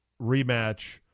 rematch